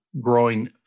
growing